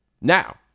Now